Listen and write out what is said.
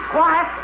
Quiet